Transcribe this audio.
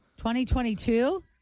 2022